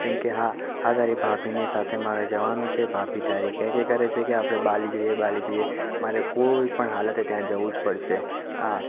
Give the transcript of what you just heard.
કેમકે હા આ તારી ભાભીની સાથે મારે જવાનું છે ભાભી તારી કહે કહે કરે છે કે આપણે બાલી જઈએ બાલી જઈએ મારે કોઈપણ હાલતે ત્યાં જવું જ પડશે હા